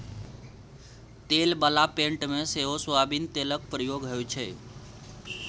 तेल बला पेंट मे सेहो सोयाबीन तेलक प्रयोग होइ छै